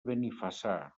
benifassà